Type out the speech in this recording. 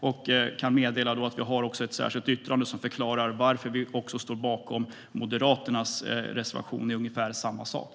Jag kan meddela att vi har ett särskilt yttrande som förklarar varför vi också står bakom Moderaternas reservation i ungefär samma sak.